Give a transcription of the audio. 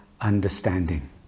understanding